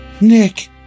Nick